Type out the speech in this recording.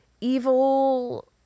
evil